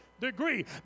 degree